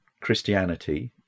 Christianity